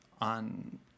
on